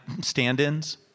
stand-ins